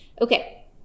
Okay